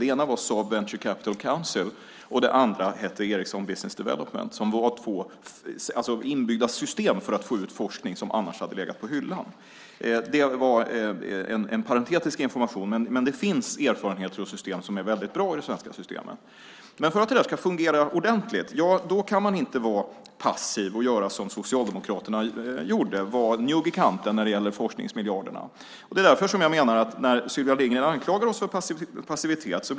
Det ena var Saab Venture Capital Council, och det andra hette Ericsson Business Development. Det var två inbyggda system för att få ut forskning som annars hade legat på hyllan. Det var en parentetisk information, men det finns erfarenheter och system som är väldigt bra i det svenska systemet. För att det där ska fungera ordentligt kan man inte vara passiv och göra som Socialdemokraterna gjorde, att vara njugg i kanten när det gäller forskningsmiljarderna. Det är därför som jag blir lite bekymrad när Sylvia Lindgren anklagar oss för passivitet.